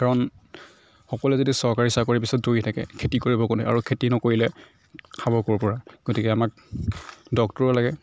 কাৰণ সকলোৱে যদি চৰকাৰী চাকৰিৰ পিছত দৌৰি থাকে খেতি কৰিব কোনে আৰু খেতি নকৰিলে খাব ক'ৰ পৰা গতিকে আমাক ডক্তৰ লাগে